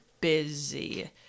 busy